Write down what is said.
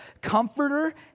comforter